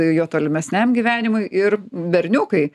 jo tolimesniam gyvenimui ir berniukai